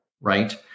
right